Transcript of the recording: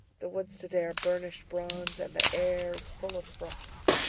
the woods today are burnished bronze and the air is full of frost.